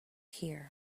here